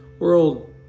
world